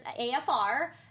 AFR